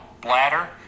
bladder